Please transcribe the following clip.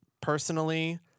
personally